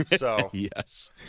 Yes